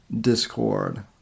Discord